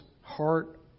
heart